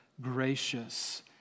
gracious